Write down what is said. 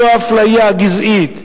לא האפליה הגזעית,